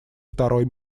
второй